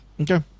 Okay